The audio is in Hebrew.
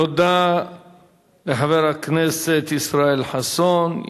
תודה לחבר הכנסת ישראל חסון.